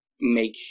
make